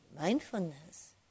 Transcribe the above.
mindfulness